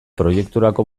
proiekturako